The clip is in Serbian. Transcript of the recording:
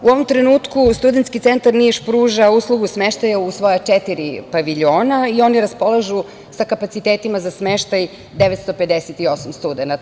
U ovom trenutku Studentski centar Niš pruža uslugu smeštaja u svoja četiri paviljona i oni raspolažu sa kapacitetima za smeštaj 958 studenata.